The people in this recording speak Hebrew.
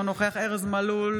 אינו נוכח ארז מלול,